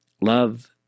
Love